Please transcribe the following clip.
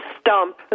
stump